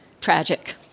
tragic